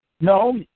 No